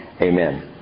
Amen